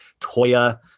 Toya